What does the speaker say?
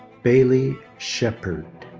bailey shepherd.